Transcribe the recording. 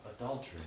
adultery